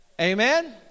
Amen